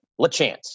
Lachance